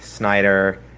Snyder